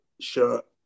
shirt